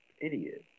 Idiot